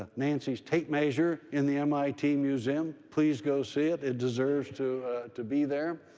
ah nancy's tape measure in the mit museum. please go see it. it deserves to to be there.